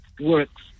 works